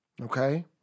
Okay